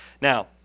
Now